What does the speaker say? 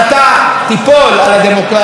גברתי שרת התרבות,